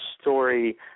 story